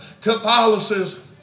Catholicism